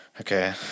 Okay